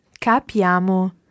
capiamo